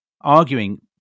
arguing